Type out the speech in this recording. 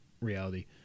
reality